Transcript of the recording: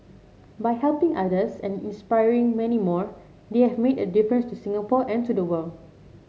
by helping others and inspiring many more they have made a difference to Singapore and to the world